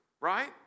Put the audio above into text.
right